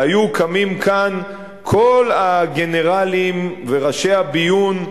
והיו קמים כאן כל הגנרלים וראשי הביון,